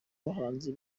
bahanzi